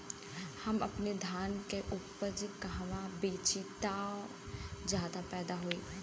हम अपने धान के उपज कहवा बेंचि त ज्यादा फैदा होई?